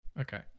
Okay